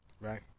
Right